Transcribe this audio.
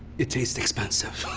it tastes expensive.